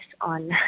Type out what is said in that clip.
on